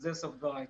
זה סוף דבריי.